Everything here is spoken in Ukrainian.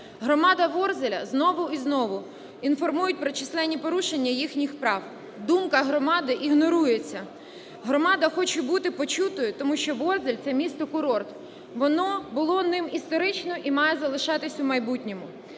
Громада Ворзеля знову і знову інформують про численні порушення їхніх прав, думка громади ігнорується. Громада хоче бути почутою, тому що Ворзель – це місто-курорт, воно було ним історично і має залишатися у майбутньому.